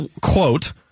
quote